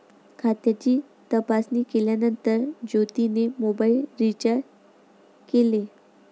खात्याची तपासणी केल्यानंतर ज्योतीने मोबाइल रीचार्ज केले